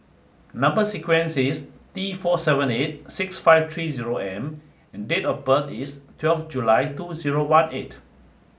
number sequence is T four seven eight six five three zero M and date of birth is twelve July two zero one eight